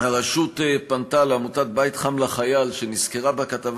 הרשות פנתה לעמותת "בית חם לכל חייל" שנזכרה בכתבה